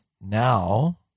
now